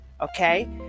okay